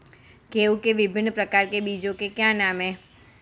गेहूँ के विभिन्न प्रकार के बीजों के क्या नाम हैं?